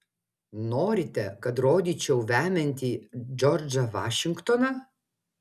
norite kad rodyčiau vemiantį džordžą vašingtoną